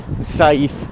safe